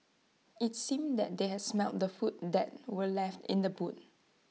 IT seemed that they has smelt the food that were left in the boot